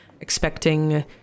expecting